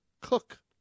Cook